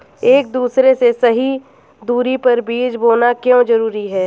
एक दूसरे से सही दूरी पर बीज बोना क्यों जरूरी है?